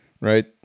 right